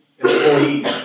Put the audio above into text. employees